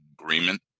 agreement